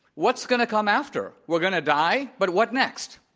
what's going to come after? we're going to die, but what next?